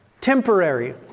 Temporary